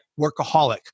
workaholic